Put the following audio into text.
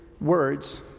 words